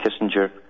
Kissinger